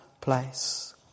place